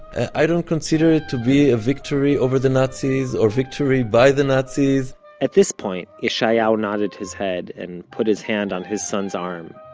i don't consider it to be a victory over the nazis or victory by the nazis at this point, yeshayahu nodded his head, and put his hand on his son's arm,